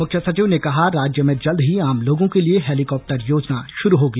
मुख्य सचिव ने कहा राज्य में जल्द ही आम लोगों के लिए हेलीकॉप्टर योजना शुरू होगी